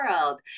world